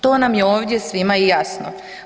To nam je ovdje svima i jasno.